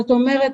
זאת אומרת,